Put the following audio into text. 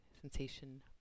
sensation